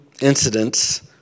incidents